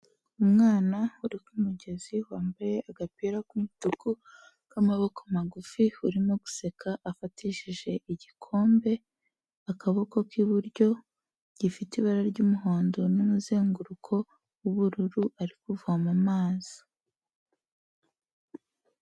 Umwana uri ku mugezi, wambaye agapira k'umutuku k'amaboko magufi, urimo guseka, afatishije igikombe akaboko k'iburyo, gifite ibara ry'umuhondo n'umuzenguruko w'ubururu, ari kuvoma amazi.